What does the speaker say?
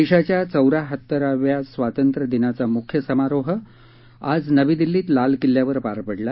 देशाच्या चैन्याहत्तराव्या स्वातंत्र्य दिनाचा मुख्य समारोह आज नवी दिल्लीत लाल किल्ल्यावर पार पडला